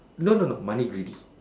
no no no money already